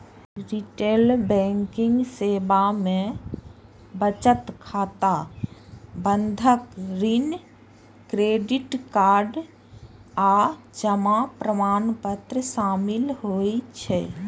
retail banking सेवा मे बचत खाता, बंधक, ऋण, क्रेडिट कार्ड आ जमा प्रमाणपत्र शामिल होइ छै